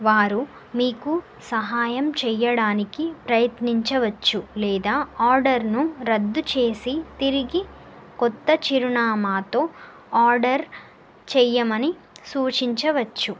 వారు మీకు సహాయం చేయడానికి ప్రయత్నించవచ్చు లేదా ఆర్డర్ను రద్దు చేసి తిరిగి కొత్త చిరునామాతో ఆర్డర్ చేయమని సూచించవచ్చు